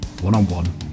one-on-one